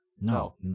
No